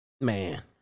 Man